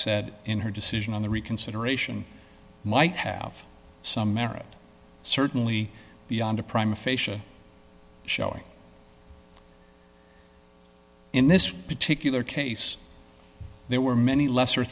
said in her decision on the reconsideration might have some merit certainly beyond a prime facia showing in this particular case there were many lesser